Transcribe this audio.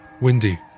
Windy